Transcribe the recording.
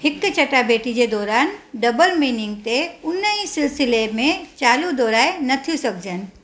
हिकु चटाभेटी जे दौरान डबल मिनींग ते उन ई सिलसिले में चालू दोहराए नथियूं सघिजनि